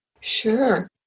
Sure